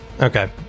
Okay